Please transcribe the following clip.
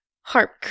harp